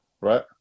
right